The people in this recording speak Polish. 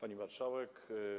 Pani Marszałek!